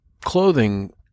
clothing